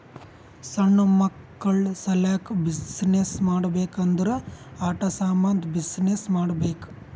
ಸಣ್ಣು ಮಕ್ಕುಳ ಸಲ್ಯಾಕ್ ಬಿಸಿನ್ನೆಸ್ ಮಾಡ್ಬೇಕ್ ಅಂದುರ್ ಆಟಾ ಸಾಮಂದ್ ಬಿಸಿನ್ನೆಸ್ ಮಾಡ್ಬೇಕ್